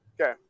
Okay